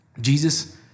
Jesus